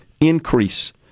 increase